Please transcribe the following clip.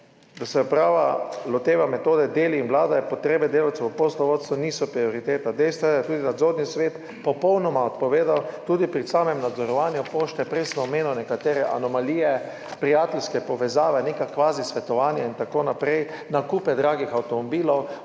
da se uprava loteva metode deli in vladaj, potrebe delavcev v poslovodstvu niso prioriteta. Dejstvo je, da je tudi nadzorni svet popolnoma odpovedal tudi pri samem nadzorovanju pošte.« Prej sem omenil nekatere anomalije, prijateljske povezave, neka kvazi svetovanja in tako naprej, nakupe dragih avtomobilov,